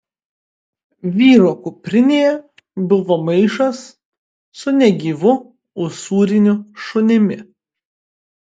vyro kuprinėje buvo maišas su negyvu usūriniu šunimi